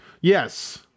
Yes